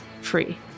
free